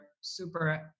super